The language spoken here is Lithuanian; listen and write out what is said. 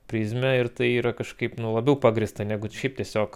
prizmę ir tai yra kažkaip nu labiau pagrįsta negu šiaip tiesiog